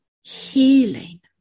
Healing